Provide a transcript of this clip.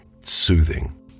soothing